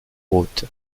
hôte